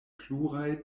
pluraj